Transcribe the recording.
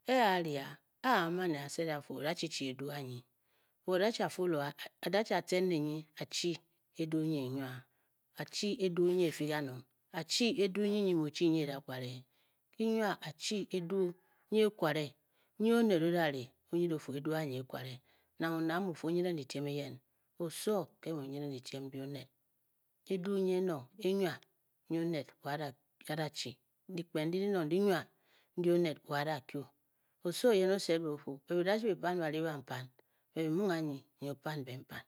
Â a-ri a a aman a e sed e a fu o dachi chi edu ny. i wo dachi a- follow a a-cen ne nyi a-chi aduu nyi efi kanong a-chi edu nyi nyi mu o-chi nyi edakware kyi|nwa, a-chi eduu nyi e|kware nyi onet odari o nyid offu, eduu anyi elkware. Nang onet amu ofi o-nyit ng dyityem eyen oso nke mu o nyiding ddyitiem ndi oned- eduu nyi enong e nwa nyioned wa da chi, dyikpen ndi dinong di nwa ndi oned wo a da kyu adachi, Osowo oyen o-sed be o fu be bye dachi byi-pan bari bampam Be byiming a nyi, nyi o-pan be mpan.